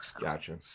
Gotcha